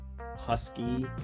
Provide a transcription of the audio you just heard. husky